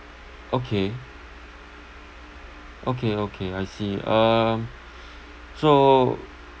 okay okay okay I see um so